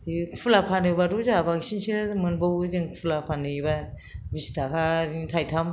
खुला फानोब्लाथ' जाहा बांसिनसो मोनबावो जों खुला फानहैयोब्ला बिस थाखानि थाइथाम